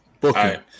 booking